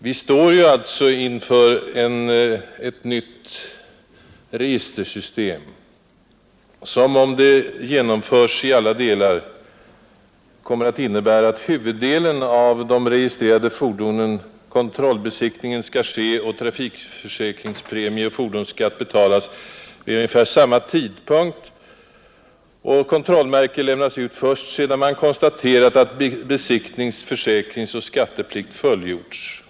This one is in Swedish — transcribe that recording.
Vi står nu alltså inför ett nytt bilregistersystem som, om det genomförs i alla delar, kommer att innebära att beträffande huvuddelen av de registrerade fordonen kontrollbesiktningen skall ske och trafikförsäkringspremier och fordonsskatt betalas vid ungefär samma tidpunkt. Kontrollmärke skall lämnas ut först sedan man konstaterat att besiktnings-, försäkringsoch skatteplikt fullgjorts.